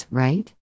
right